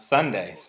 Sunday